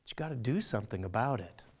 gotta do something about it.